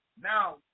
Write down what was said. Now